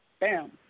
bam